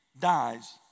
dies